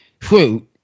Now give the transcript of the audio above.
fruit